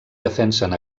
defensen